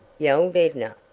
yelled edna,